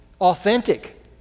authentic